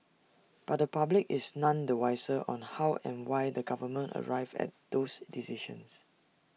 but the public is none the wiser on how and why the government arrived at those decisions